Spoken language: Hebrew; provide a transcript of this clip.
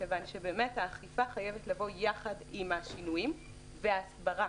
מכיוון שהאכיפה חייבת לבוא יחד עם השינויים וההסברה